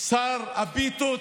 שר הפיתות,